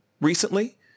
recently